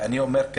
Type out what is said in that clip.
אני אומר,